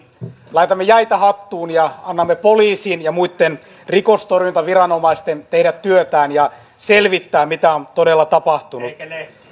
laitamme jäitä hattuun ja annamme poliisin ja muitten rikostorjuntaviranomaisten tehdä työtään ja selvittää mitä on todella tapahtunut